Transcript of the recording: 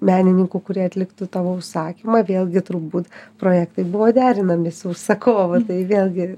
menininkų kurie atliktų tavo užsakymą vėlgi turbūt projektai buvo derinami su užsakovu tai vėlgi